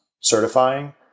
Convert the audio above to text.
certifying